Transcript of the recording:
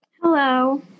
hello